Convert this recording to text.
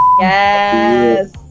Yes